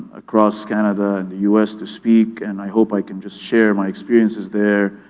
across canada and the us to speak, and i hope i can just share my experiences there